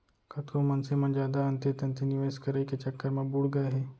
कतको मनसे मन जादा अंते तंते निवेस करई के चक्कर म बुड़ गए हे